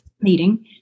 meeting